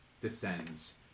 descends